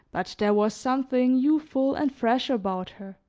but there was something youthful and fresh about her.